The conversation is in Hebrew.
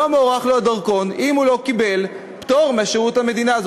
לא מוארך לו הדרכון אם הוא לא קיבל פטור משירות המדינה.